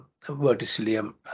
verticillium